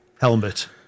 helmet